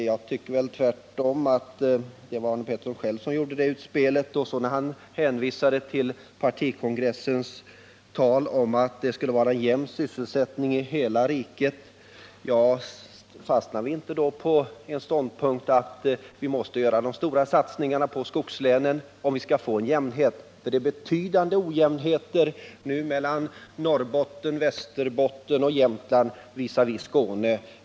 Jag tycker tvärtom att det var Arne Pettersson själv som gjorde detta utspel när han hänvisade till partikongressens tal om att det skulle vara jämn sysselsättning i hela riket. Kommer vi då inte in på den ståndpunkten att vi måste göra de stora satsningarna på skogslänen om vi skall få en jämnhet. Det finns nu betydande ojämnheter mellan Norrbotten, Västerbotten och Jämtland visavi Skåne.